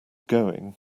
going